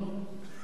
אהוד ברק.